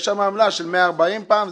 יש שם עמלה של 140 פעם,